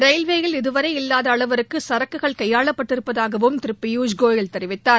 ரயில்வேயில் இதுவரை இல்வாத அளவிற்கு சரக்குகள் கையாளப்பட்டிருப்பதாகவும் திரு பியூஷ் கோயல் தெரிவித்தார்